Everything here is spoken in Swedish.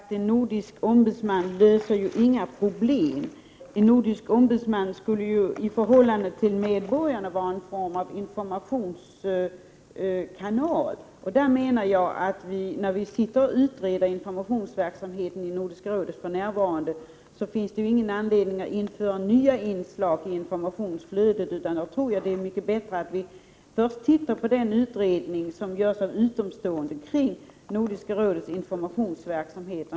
Herr talman! En nordisk ombudsman löser inga problem. En nordisk ombudsman skulle i förhållande till medborgarna vara en form av informationskanal. När vi för närvarande sitter och utreder informationsverksamheten i Nordiska rådet finns det ingen anledning att införa nya inslag i informationsflödet. Jag tror att det är bättre att vi först ser på den utredning som görs av utomstående expert om Nordiska rådets informationsverksamhet.